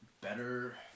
better